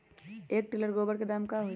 एक टेलर गोबर के दाम का होई?